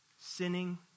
Sinning